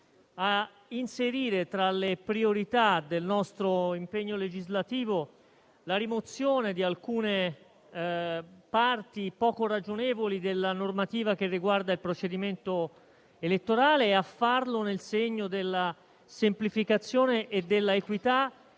a inserire tra le priorità del nostro impegno legislativo la rimozione di alcune parti, poco ragionevoli, della normativa riguardante il procedimento elettorale e a farlo nel segno della semplificazione e dell'equità,